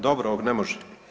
Dobro, ne može.